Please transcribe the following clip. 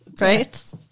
Right